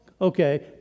Okay